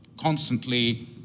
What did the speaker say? constantly